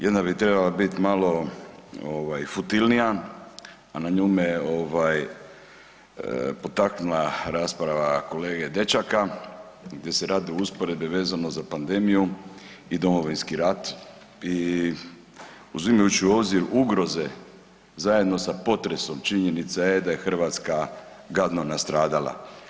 Jedna bi trebala biti malo ovaj futilnija, a na nju me ovaj, potakla rasprava kolege Dečaka gdje se radi usporedbe vezano za pandemiju i Domovinski rat i uzimajući u obzir ugroze zajedno sa potresom, činjenica je da je Hrvatska gadno nastradala.